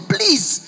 Please